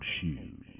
shoes